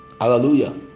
Hallelujah